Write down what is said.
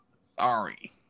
Sorry